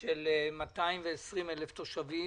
של 220,000 תושבים.